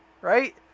right